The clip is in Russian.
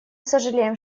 сожалеем